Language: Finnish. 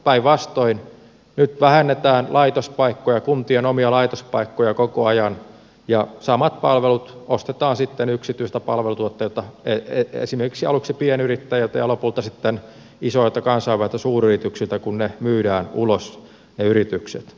päinvastoin nyt vähennetään kuntien omia laitospaikkoja koko ajan ja samat palvelut ostetaan sitten yksityisiltä palveluntuottajilta esimerkiksi aluksi pienyrittäjiltä ja lopulta sitten isoilta kansainvälisiltä suuryrityksiltä kun myydään ulos ne yritykset